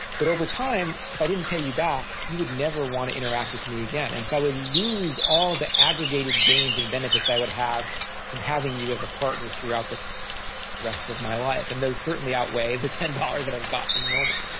but over time, if i didn't pay you back, you would never want to interact with me again and so i would lose all the aggregated gains and benefits i would have from having you as a partner throughout the rest of my life and those certainly outweigh the ten dollars that i got in the moment.